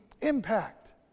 impact